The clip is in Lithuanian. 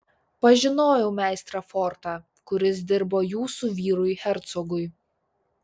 pažinojau meistrą fortą kuris dirbo jūsų vyrui hercogui